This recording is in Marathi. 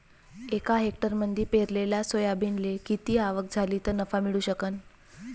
एका हेक्टरमंदी पेरलेल्या सोयाबीनले किती आवक झाली तं नफा मिळू शकन?